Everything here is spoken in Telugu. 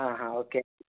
అహా ఓకే